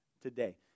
today